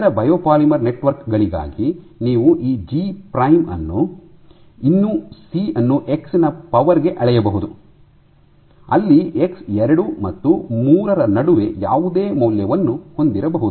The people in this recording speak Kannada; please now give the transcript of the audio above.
ಇತರ ಬಯೋಪಾಲಿಮರ್ ನೆಟ್ವರ್ಕ್ ಗಳಿಗಾಗಿ ನೀವು ಈ ಜಿ ಪ್ರೈಮ್ ಅನ್ನು ಇನ್ನೂ ಸಿ ಅನ್ನು ಎಕ್ಸ್ ನ ಪವರ್ ಗೆ ಅಳೆಯಬಹುದು ಅಲ್ಲಿ ಎಕ್ಸ್ ಎರಡು ಮತ್ತು ಮೂರರ ನಡುವೆ ಯಾವುದೇ ಮೌಲ್ಯವನ್ನು ಹೊಂದಿರಬಹುದು